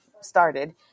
started